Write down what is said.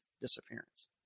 disappearance